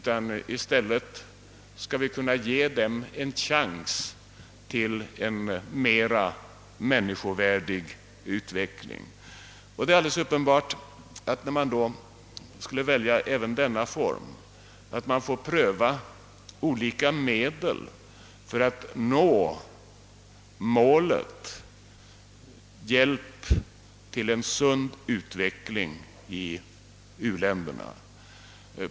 I stället bör vi ge dessa folk en chans till en mera människovärdig utveckling. Det är alldeles uppenbart att vi då, när vi skall välja hjälpform, får pröva olika medel för att nå målet, vilket är hjälp till en sund utveckling i u-länderna.